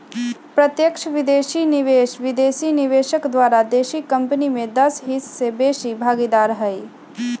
प्रत्यक्ष विदेशी निवेश विदेशी निवेशक द्वारा देशी कंपनी में दस हिस्स से बेशी भागीदार हइ